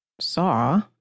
Saw